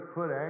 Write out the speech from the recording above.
put